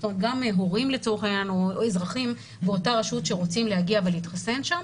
גם הורים לצורך העניין או אזרחים באותה רשות שרוצים להגיע ולהתחסן שם,